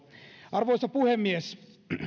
arvoisa puhemies